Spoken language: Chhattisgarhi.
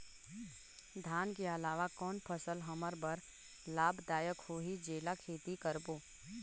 धान के अलावा कौन फसल हमर बर लाभदायक होही जेला खेती करबो?